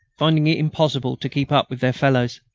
finding it impossible to keep up with their fellows.